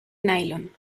nailon